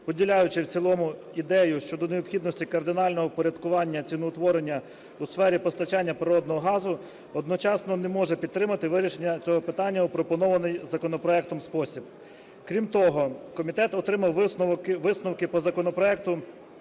поділяючи в цілому ідею щодо необхідності кардинального впорядкування ціноутворення у сфері постачання природного газу, одночасно не може підтримати вирішення цього питання у пропонований законопроектом спосіб. Крім того, комітет отримав висновки по законопроекту